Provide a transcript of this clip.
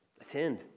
Attend